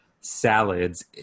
salads